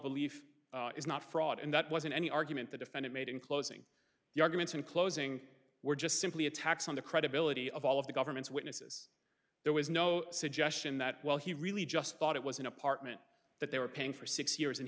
belief is not fraud and that wasn't any argument the defendant made in closing the arguments in closing were just simply attacks on the credibility of all of the government's witnesses there was no suggestion that well he really just thought it was an apartment that they were paying for six years and